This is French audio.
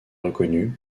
reconnue